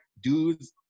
dudes